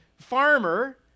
farmer